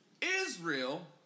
Israel